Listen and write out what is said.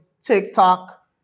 TikTok